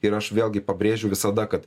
ir aš vėlgi pabrėžiu visada kad